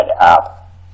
app